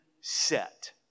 set